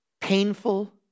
painful